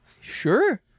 Sure